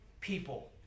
people